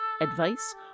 advice